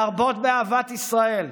להרבות באהבת ישראל,